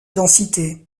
densité